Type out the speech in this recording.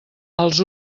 els